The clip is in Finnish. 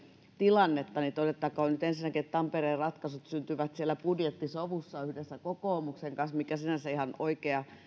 tilannetta niin todettakoon nyt ensinnäkin että tampereen ratkaisut syntyivät budjettisovussa yhdessä kokoomuksen kanssa mikä sinänsä ihan oikein